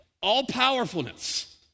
all-powerfulness